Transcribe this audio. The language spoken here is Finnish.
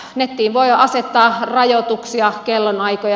nettiin voi asettaa rajoituksia kellonaikoja